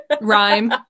rhyme